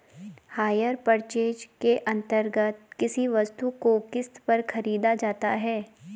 higher purchase के अंतर्गत किसी वस्तु को किस्त पर खरीदा जाता है